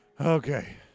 Okay